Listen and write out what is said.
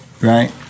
right